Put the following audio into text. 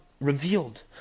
revealed